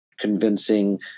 convincing